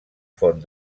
font